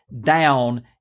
down